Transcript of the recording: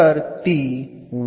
അഥവാ